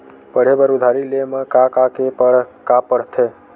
पढ़े बर उधारी ले मा का का के का पढ़ते?